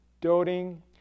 doting